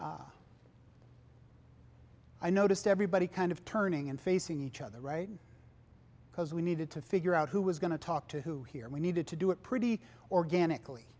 i noticed everybody kind of turning and facing each other right because we needed to figure out who was going to talk to who here we needed to do it pretty organically